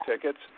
tickets